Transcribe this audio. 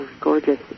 Gorgeous